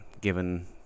given